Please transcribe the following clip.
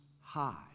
High